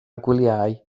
gwelyau